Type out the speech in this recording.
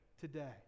today